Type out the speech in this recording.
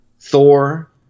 Thor